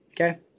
Okay